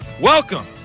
welcome